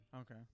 Okay